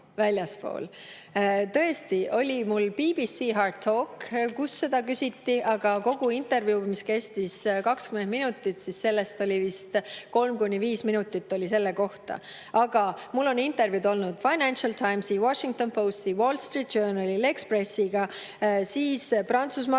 Tõesti oli mul BBC "HARDtalk", kus seda küsiti, aga kogu intervjuust, mis kestis 20 minutit, oli vist 3–5 minutit selle kohta. Aga mul on intervjuud olnud Financial Timesile, Washington Postile, Wall Street Journalile, L’Expressile, Prantsusmaa